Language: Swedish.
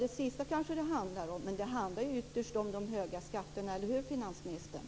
Det sista handlar det kanske om, men ytterst handlar det om de höga skatterna. Eller hur, finansministern?